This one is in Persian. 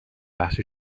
بخش